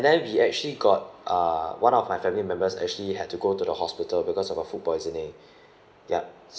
and then we actually got uh one of my family members actually had to go to the hospital because of a food poisoning yup